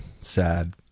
Sad